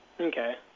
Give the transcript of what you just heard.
Okay